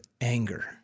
anger